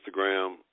Instagram